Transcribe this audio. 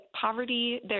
poverty